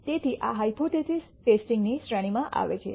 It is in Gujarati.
તેથી આ હાયપોથેસિસ ટેસ્ટિંગ ની શ્રેણીમાં આવે છે